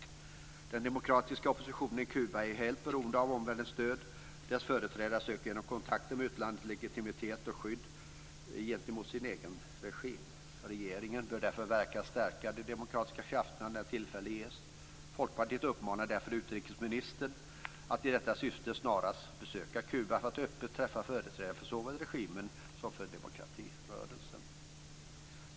Den demokratiska oppositionen i Kuba är helt beroende av omvärldens stöd. Dess företrädare söker genom kontakter med utlandet legitimitet och skydd gentemot sin egen regim. Regeringen bör därför verka för att stärka de demokratiska krafterna när tillfälle ges. Folkpartiet uppmanar därför utrikesministern att i detta syfte snarast besöka Kuba för att öppet träffa företrädare för såväl regimen som för demokratirörelsen.